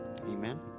Amen